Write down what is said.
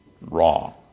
Wrong